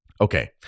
okay